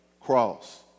cross